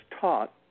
taught